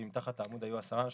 או אם תחת העמוד היו עשרה אנשים,